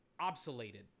obsoleted